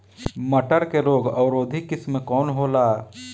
मटर के रोग अवरोधी किस्म कौन होला?